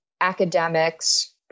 Academics